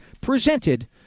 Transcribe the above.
presented